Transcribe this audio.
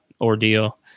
ordeal